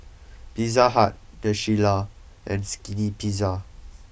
Pizza Hut the Shilla and Skinny Pizza